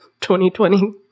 2020